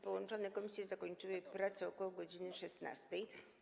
Połączone komisje zakończyły prace około godz. 16.